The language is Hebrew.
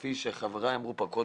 וכפי שאמרו חבריי,